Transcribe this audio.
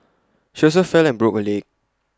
she also fell and broke her leg